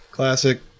Classic